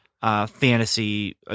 fantasy